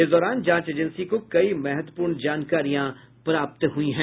इस दौरान जांच एजेंसी को कई महत्वपूर्ण जानकारियां प्राप्त हुई हैं